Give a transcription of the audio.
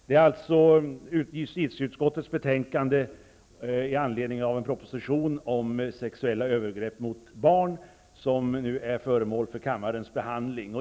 Det är alltså justitieutskottets betänkande i anledning av en proposition om sexuella övergrepp mot barn, som nu är föremål för kammarens behandling.